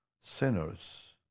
sinners